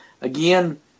again